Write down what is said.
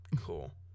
cool